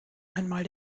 einmal